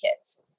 kids